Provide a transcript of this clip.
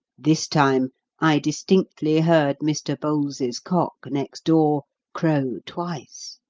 this time i distinctly heard mr. bowles's cock, next door, crow twice.